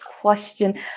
question